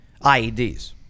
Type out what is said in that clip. IEDs